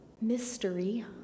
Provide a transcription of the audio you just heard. mystery